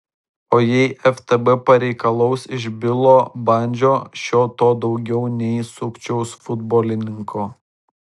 o jei ftb pareikalaus iš bilo bandžio šio to daugiau nei sukčiaus futbolininko